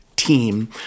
team